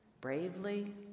bravely